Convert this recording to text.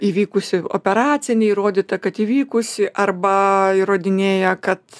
įvykusi operacija neįrodyta kad įvykusi arba įrodinėja kad